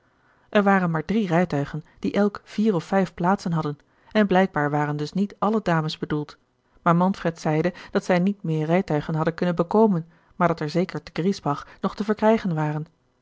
er waren maar drie rijtuigen die elk vier of vijf plaatsen hadden en blijkbaar waren dus niet alle dames bedoeld maar manfred zeide dat zij niet meer rijtuigen hadden kunnen bekomen maar dat er zeker te griesbach nog te verkrijgen waren